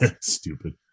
Stupid